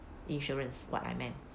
insurance what I meant